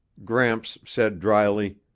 gramps said dryly,